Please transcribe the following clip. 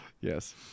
Yes